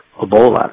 Ebola